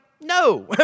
No